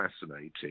fascinating